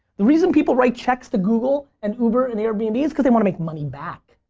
the reason people write checks to google and uber and airbnb is cause they want to make money back.